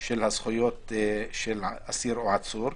של אבני היסוד של האסיר או העצור.